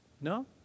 no